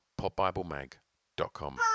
PopBibleMag.com